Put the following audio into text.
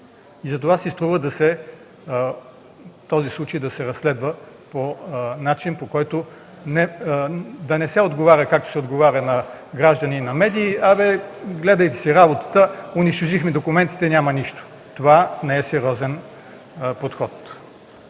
Затова си струва този случай да се разследва по начин, по който да не се отговаря, както се отговаря на граждани и медии: „Абе, гледайте си работата, унищожихме документите – няма нищо!” Това не е сериозен подход.